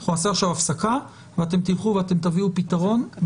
אנחנו נעשה עכשיו הפסקה ואתם תלכו ותביאו פתרון.